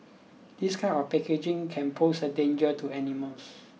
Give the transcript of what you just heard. this kind of packaging can pose a danger to animals